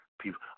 people